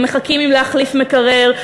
מחכים עם להחליף מקרר,